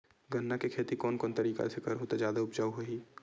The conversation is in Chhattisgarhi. गन्ना के खेती कोन कोन तरीका ले करहु त जादा उपजाऊ होही?